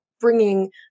bringing